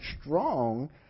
strong